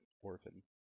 orphan